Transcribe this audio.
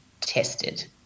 tested